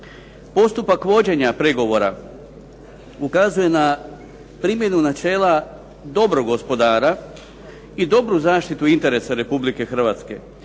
Postupak vođenja pregovora ukazuje na primjenu načela dobrog gospodara i dobru zaštitu interesa Republike Hrvatske